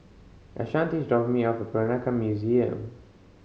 Ashanti is dropping me off Peranakan Museum